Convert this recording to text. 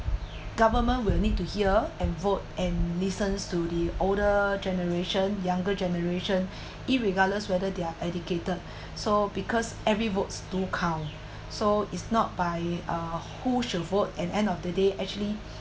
government will need to hear and vote and listens to the older generation younger generation irregardless whether they're educated so because every votes do count so it's not by uh who should vote and end of the day actually